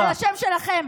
ועל השם שלכם,